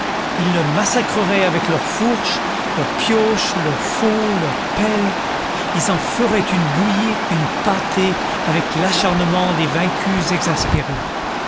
ils le massacreraient avec leurs fourches leurs pioches leurs faux leurs pelles ils en feraient une bouillie une pâtée avec l'acharnement des vaincus exaspérés